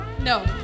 No